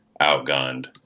outgunned